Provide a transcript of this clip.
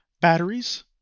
batteries